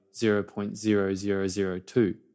0.0002